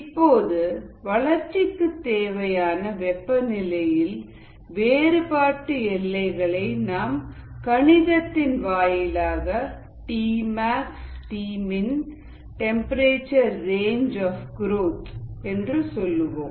இப்போது வளர்ச்சிக்குத் தேவையான வெப்பநிலையின் வேறுபாட்டு எல்லைகளை நாம் கணிதத்தின் வாயிலாக Tmax Tmin temperature range of growth என்று சொல்லுவோம்